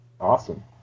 Awesome